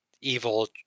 Evil